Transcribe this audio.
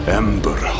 ember